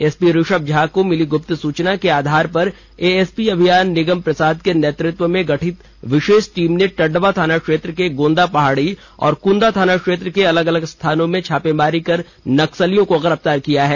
SP Rishabh Jha को मिली गुप्त सूचना के आधार पर एएसपी अभियान निगम प्रसाद के नेतृत्व में गठित विशेष टीम ने टंडवा थाना क्षेत्र के गोंदा पहाड़ी और कुंदा थाना क्षेत्र के अलग अलग स्थानों में छापामारी कर नक्सलियों को गिरफ्तार किया है